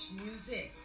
music